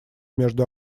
между